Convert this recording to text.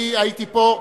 אני הייתי פה,